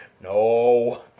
No